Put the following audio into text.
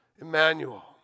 Emmanuel